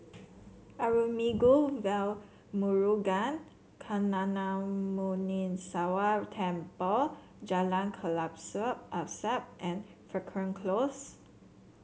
Arulmigu Velmurugan Gnanamuneeswarar Temple Jalan Kelabu Asap and Frankel Close